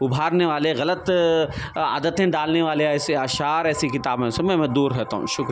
ابھارنے والے غلط عادتیں ڈالنے والے ایسے اشعار ایسی کتابوں سے میں دور رہتا ہوں شکر